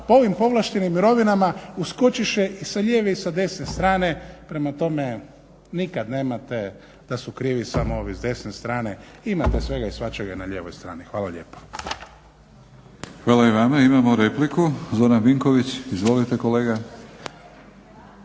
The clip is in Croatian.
po ovim povlaštenim mirovinama uskočiše i sa lijeve i sa desne strane. Prema tome nikad nemate da su krivi samo ovi s desne strane. Imate svega i svačega i na lijevoj strani. Hvala lijepo. **Batinić, Milorad (HNS)** Hvala i vama. Imamo repliku, Zoran Vinković. Izvolite kolega.